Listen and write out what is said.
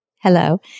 hello